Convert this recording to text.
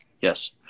yes